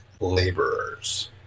laborers